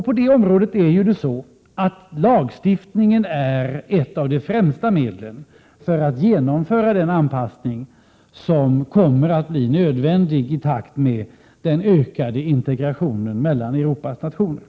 På det området är lagstiftningen ett av de främsta medlen för att genomföra den anpassning som kommer att bli nödvändig i takt med den ökade integrationen mellan Europas nationer.